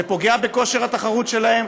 זה פוגע בכושר התחרות שלהם,